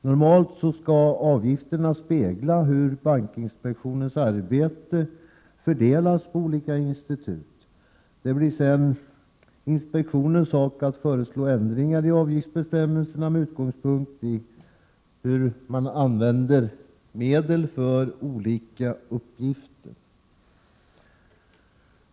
Normalt skall avgifterna spegla hur bankinspektionens arbete fördelas på olika institut. Det blir sedan inspektionens sak att föreslå ändringar i avgiftsbestämmelserna utifrån bedömningar av medelsåtgången för olika uppgifter.